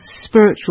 spiritual